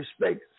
respect